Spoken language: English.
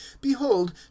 behold